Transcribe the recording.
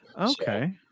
Okay